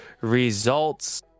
results